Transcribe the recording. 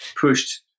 pushed